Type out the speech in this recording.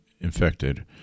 infected